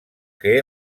que